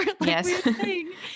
Yes